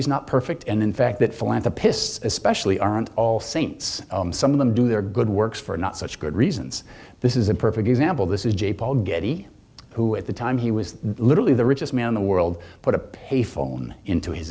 is not perfect and in fact that philanthropists especially aren't all saints some of them do their good works for not such good reasons this is a perfect example this is j paul getty who at the time he was literally the richest man in the world put a pay phone into his